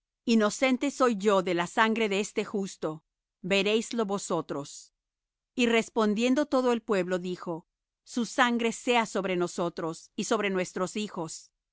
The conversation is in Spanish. inocente soy yo de la sangre de este justo veréis lo vosotros y respondiendo todo el pueblo dijo su sangre sea sobre nosotros y sobre nuestros hijos